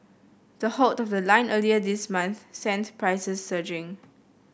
the halt of the line earlier this month sent prices surging